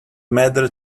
matter